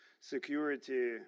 security